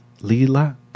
lila